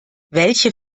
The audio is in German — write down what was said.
welche